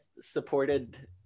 supported